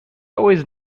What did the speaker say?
always